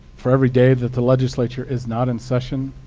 for every day that the legislature is not in session,